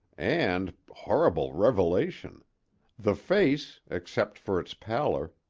and horrible revelation the face, except for its pallor,